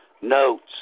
notes